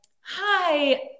hi